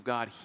God